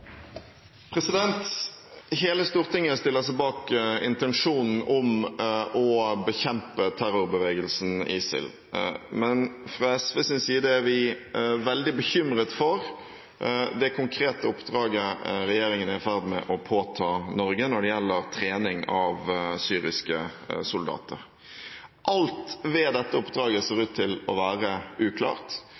hovedspørsmål. Hele Stortinget stiller seg bak intensjonen om å bekjempe terrorbevegelsen ISIL, men fra SVs side er vi veldig bekymret for det konkrete oppdraget regjeringen er i ferd med å påta Norge når det gjelder trening av syriske soldater. Alt ved dette oppdraget ser ut til å være uklart.